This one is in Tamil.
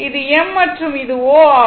இது M மற்றும் இது O ஆகும்